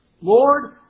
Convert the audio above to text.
Lord